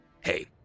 Hey